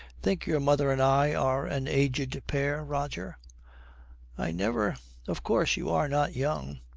think your mother and i are an aged pair, roger i never of course you are not young